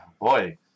Boy